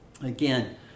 again